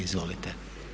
Izvolite.